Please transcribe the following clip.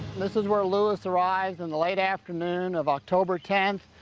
this is where lewis arrives in the late afternoon of october tenth,